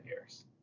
years